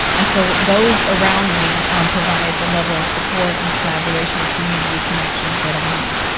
and so, those around me provide the level of support and collaboration and community connections that i need.